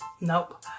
Nope